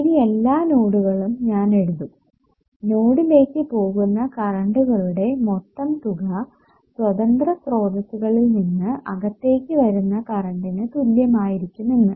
ഇനി എല്ലാ നോഡിലും ഞാൻ എഴുതും നോഡിലേക്ക് പോകുന്ന കറണ്ടുകളുടെ മൊത്തം തുക സ്വതന്ത്ര സ്രോതസ്സുകളിൽ നിന്ന് അകത്തേക്ക് വരുന്ന കറണ്ടിനു തുല്യമായിരിക്കും എന്ന്